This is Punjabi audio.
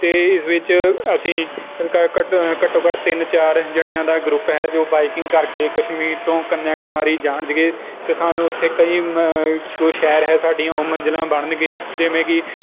ਅਤੇ ਇਸ ਵਿੱਚ ਅਸੀਂ ਘ ਘੱਟੋ ਘੱਟ ਤਿੰਨ ਚਾਰ ਜਣਿਆਂ ਦਾ ਗਰੁੱਪ ਹੈ ਜੋ ਬਾਈਕਿੰਗ ਕਰਕੇ ਕਸ਼ਮੀਰ ਤੋਂ ਕੰਨਿਆ ਕੁਮਾਰੀ ਜਾਣਗੇ ਅਤੇ ਸਾਨੂੰ ਉੱਥੇ ਕਈ ਮ ਜੋ ਸ਼ਹਿਰ ਹੈ ਸਾਡੀਆਂ ਉਹ ਮੰਜ਼ਿਲਾਂ ਬਣਨਗੇ ਜਿਵੇਂ ਕਿ